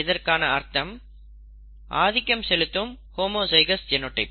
இதற்கான அர்த்தம் ஆதிக்கம் செலுத்தும் ஹோமோஜைகௌஸ் ஜெனோடைப்